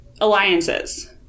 alliances